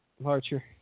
Larcher